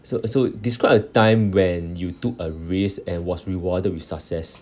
so so describe a time when you took a risk and was rewarded with success